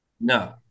No